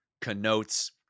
connotes